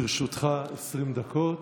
לרשותך 20 דקות,